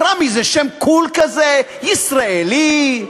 רמ"י זה שם "קול" כזה, ישראלי.